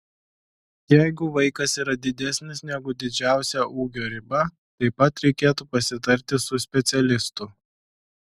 jeigu vaikas yra didesnis negu didžiausia ūgio riba taip pat reikėtų pasitarti su specialistu